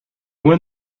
win